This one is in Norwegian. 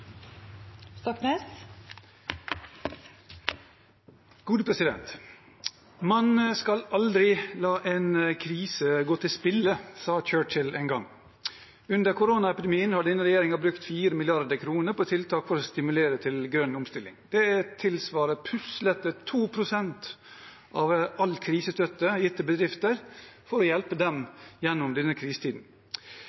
Man skal aldri la en krise gå til spille, sa Churchill en gang. Under koronaepidemien har denne regjeringen brukt 4 mrd. kr på tiltak for å stimulere til grønn omstilling. Det tilsvarer puslete 2 pst. av all krisestøtte gitt til bedrifter for å hjelpe dem